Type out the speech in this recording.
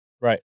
Right